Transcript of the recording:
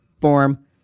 form